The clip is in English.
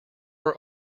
are